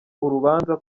urubanza